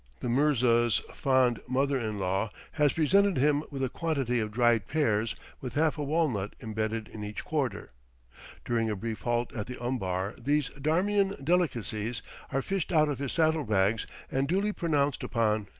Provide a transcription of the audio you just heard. the mirza's fond mother-in-law has presented him with a quantity of dried pears with half a walnut imbedded in each quarter during a brief halt at the umbar these darmian delicacies are fished out of his saddle-bags and duly pronounced upon,